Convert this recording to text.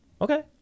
Okay